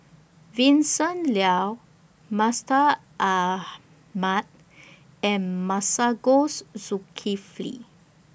Vincent Leow Mustaq Ahmad and Masagos Zulkifli